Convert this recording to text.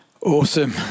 Awesome